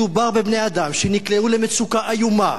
מדובר בבני-אדם שנקלעו למצוקה איומה,